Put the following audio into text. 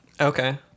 Okay